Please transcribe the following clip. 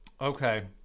Okay